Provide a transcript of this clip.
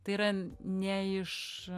tai yra ne iš